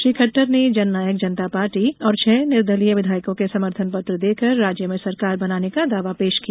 श्री खटटर ने Jannayak Janata party और छह निर्दलीय विधायकों के समर्थन पत्र देकर राज्य में सरकार बनाने का दावा पेश किया